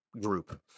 group